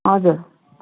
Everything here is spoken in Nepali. हजुर